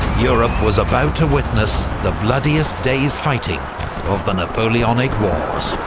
europe was about to witness the bloodiest day's fighting of the napoleonic wars.